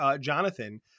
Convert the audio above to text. Jonathan